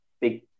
Big